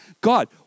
God